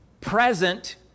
present